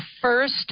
first